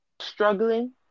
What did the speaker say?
struggling